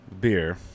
beer